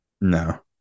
No